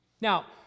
Now